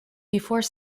before